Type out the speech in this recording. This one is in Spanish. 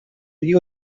dio